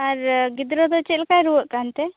ᱟᱨ ᱜᱤᱫᱽᱨᱟᱹ ᱫᱚ ᱪᱮᱫ ᱞᱮᱠᱟᱭ ᱨᱩᱣᱟᱹᱜ ᱠᱟᱱ ᱛᱮ